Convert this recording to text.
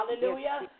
Hallelujah